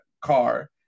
car